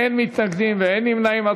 אין מתנגדים ואין נמנעים.